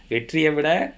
வெற்றியை விட:vetriyai vida